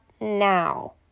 now